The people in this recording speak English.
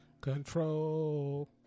Control